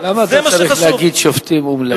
למה אתה צריך להגיד שופטים אומללים?